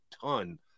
ton